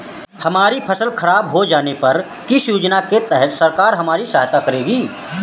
हमारी फसल खराब हो जाने पर किस योजना के तहत सरकार हमारी सहायता करेगी?